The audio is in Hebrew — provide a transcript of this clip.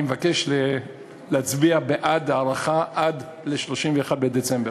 אני מבקש להצביע בעד ההארכה עד ל-31 בדצמבר.